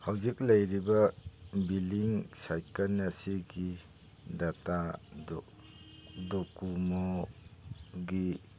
ꯍꯧꯖꯤꯛ ꯂꯩꯔꯤꯕ billing cycle ꯑꯁꯤꯒꯤ ꯗꯇꯥ ꯗꯣꯀꯣꯃꯣꯒꯤ